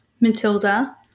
Matilda